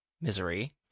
misery